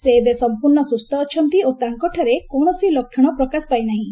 ସେ ଏବେ ସମ୍ପୂର୍ଣ୍ଣ ସୁସ୍ଥ ଅଛନ୍ତି ଓ ତାଙ୍କଠାରେ କୌଣସି ଲକ୍ଷଣ ପ୍ରକାଶ ପାଇନାହିଁ